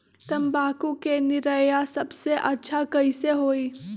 तम्बाकू के निरैया सबसे अच्छा कई से होई?